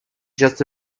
just